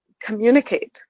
communicate